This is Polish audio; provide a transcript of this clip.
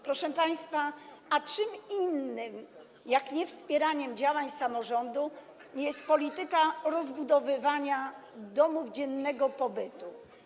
Proszę państwa, a czym innym, jak nie wspieraniem działań samorządu, jest polityka rozbudowywania domów dziennego pobytu?